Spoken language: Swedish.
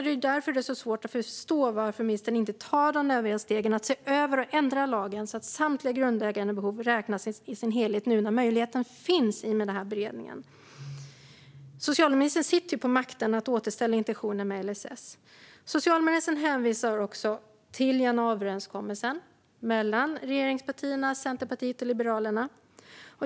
Det är därför det är svårt att förstå varför ministern inte tar de nödvändiga stegen och ser till att ändra lagen så att samtliga grundläggande behov räknas i sin helhet nu när möjligheten finns, i och med den här beredningen. Socialministern sitter ju på makten att återställa intentionen med LSS. Socialministern hänvisar till januariöverenskommelsen mellan regeringspartierna, Centerpartiet och Liberalerna.